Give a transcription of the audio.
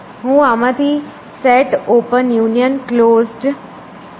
હું આમાંથી set open union closed દૂર કરીશ